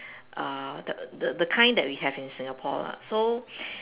uh the the the kind that we have in Singapore lah so